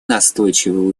настойчивые